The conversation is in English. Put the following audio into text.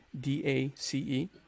d-a-c-e